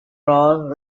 role